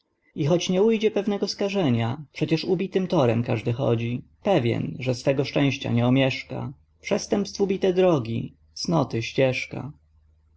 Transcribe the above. i choć nie ujdzie pewnego skażenia przecież ubitym torem każdy chodzi pewen że swego szczęścia nie omieszka przestępstw ubite drogi cnoty ścieszka